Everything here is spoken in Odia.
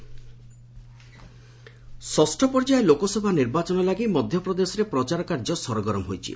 ଏମ୍ପି କ୍ୟାମ୍ପନିଂ ଷଷ୍ଠ ପର୍ଯ୍ୟାୟ ଲୋକସଭା ନିର୍ବାଚନ ଲାଗି ମଧ୍ୟପ୍ରଦେଶରେ ପ୍ରଚାର କାର୍ଯ୍ୟ ସରଗରମ ହୋଇଛି